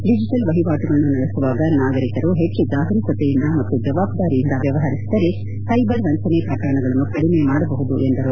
digital ಮಹವಾಟುಗಳನ್ನು ನಡೆಸುವಾಗ ನಾಗರಿಕರು ಪೆಟ್ಟು ಜಾಗರೂಕತೆಯಿಂದ ಮತ್ತು ಜವಬ್ದಾರಿಯಿಂದ ವ್ಯವಹರಿಸಿದರೆ ಸೈಬರ್ ವಂಚನ ಪ್ರಕರಣಗಳನ್ನು ಕಡಿಮೆ ಮಾಡಬಹುದು ಎಂದರು